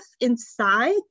inside